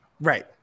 right